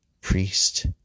Priest